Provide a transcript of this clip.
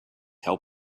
help